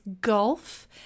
golf